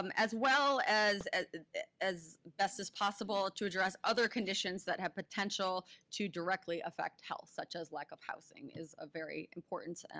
um as well as as best as possible to address other conditions that have potential to directly affect health, such as lack of housing is a very important,